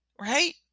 right